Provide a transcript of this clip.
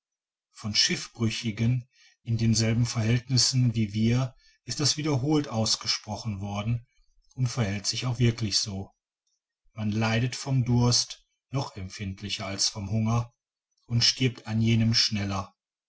von schiffbrüchigen in denselben verhältnissen wie wir ist das wiederholt ausgesprochen worden und verhält sich auch wirklich so man leidet vom durst noch empfindlicher als vom hunger und stirbt an jenem schneller